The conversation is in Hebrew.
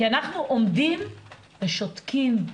כי אנחנו עומדים ושותקים.